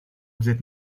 взять